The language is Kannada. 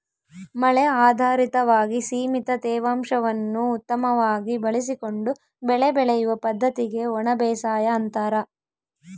ಮಳೆ ಆಧಾರಿತವಾಗಿ ಸೀಮಿತ ತೇವಾಂಶವನ್ನು ಉತ್ತಮವಾಗಿ ಬಳಸಿಕೊಂಡು ಬೆಳೆ ಬೆಳೆಯುವ ಪದ್ದತಿಗೆ ಒಣಬೇಸಾಯ ಅಂತಾರ